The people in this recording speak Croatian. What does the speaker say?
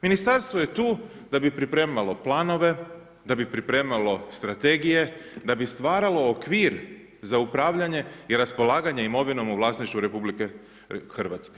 Ministarstvo je tu da pripremalo planove, da bi pripremalo strategije, da bi stvaralo okvir za upravljanje i raspolaganje imovinom u vlasništvu RH.